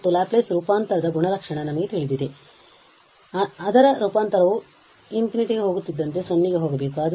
ಮತ್ತು ಲ್ಯಾಪ್ಲೇಸ್ ರೂಪಾಂತರದ ಗುಣಲಕ್ಷಣ ನಮಗೆ ತಿಳಿದಿದೆ ಅದರ ರೂಪಾಂತರವು ∞ ಹೋಗುತ್ತಿದ್ದಂತೆ 0 ಗೆ ಹೋಗಬೇಕು